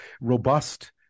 robust